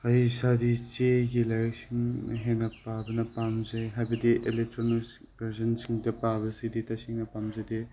ꯑꯩ ꯏꯁꯥꯗꯤ ꯆꯦꯒꯤ ꯂꯥꯏꯔꯤꯛꯁꯤꯡ ꯍꯦꯟꯅ ꯄꯥꯕꯅ ꯄꯥꯝꯖꯩ ꯍꯥꯏꯕꯗꯤ ꯏꯂꯦꯛꯇ꯭ꯔꯣꯅꯤꯛꯁ ꯒꯔꯖꯟꯁꯤꯡꯗ ꯄꯥꯕꯁꯤꯗꯤ ꯇꯁꯦꯡꯅ ꯄꯥꯝꯖꯗꯦ